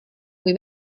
või